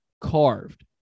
carved